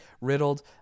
riddled